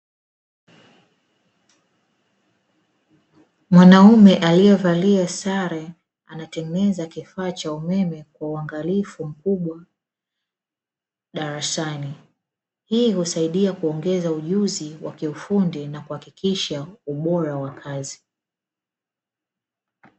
Mwanamume aliyevalia sare anatengeneza kifaa cha umeme kwa uangalifu mkubwa darasani, hii husaidia kuongeza ujuzi wa kiufundi na kuhakikisha ubora wa kazi.